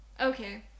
Okay